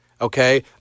Okay